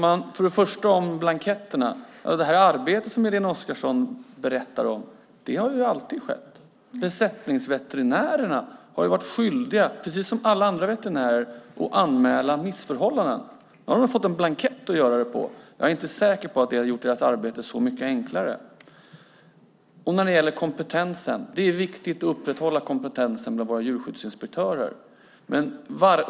Herr talman! Det arbete som Irene Oskarsson berättar om har ju alltid skett. Besättningsveterinärerna har ju, precis som alla andra veterinärer, varit skyldiga att anmäla missförhållanden. Nu har de fått en blankett för det. Jag är inte säker på att det har gjort deras arbete så mycket enklare. Det är viktigt att upprätthålla kompetensen bland våra djurskyddsinspektörer.